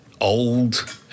old